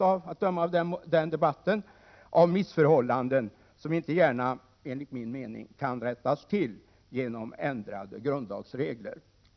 Enligt min mening gäller det missförhållanden som inte gärna kan rättas till genom ändrade grundlagsregler.